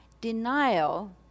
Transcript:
denial